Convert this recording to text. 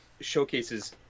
showcases